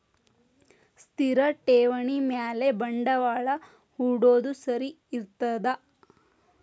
ಸ್ಥಿರ ಠೇವಣಿ ಮ್ಯಾಲೆ ಬಂಡವಾಳಾ ಹೂಡೋದು ಸರಿ ಇರ್ತದಾ?